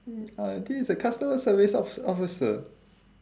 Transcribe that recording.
mm uh this a customer service officer officer